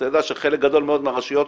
אתה יודע שחלק גדול מהרשויות